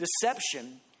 Deception